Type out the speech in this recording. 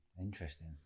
interesting